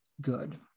good